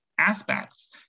aspects